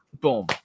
boom